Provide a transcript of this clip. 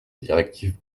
directive